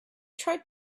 tried